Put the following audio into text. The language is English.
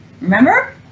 Remember